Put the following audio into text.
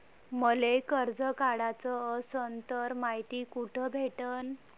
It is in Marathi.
मले कर्ज काढाच असनं तर मायती कुठ भेटनं?